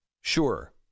sure